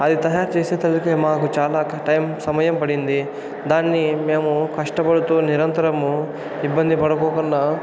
అది తయారు చేసే తలికే మాకు చాలా టైమ్ సమయం పడింది దాన్ని మేము కష్టపడుతూ నిరంతరము ఇబ్బంది పడిపోకుండా